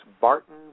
Barton